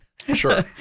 Sure